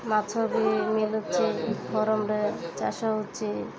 ମାଛ ବି ମିଳୁଛି ଫାର୍ମରେ ଚାଷ ହେଉଛି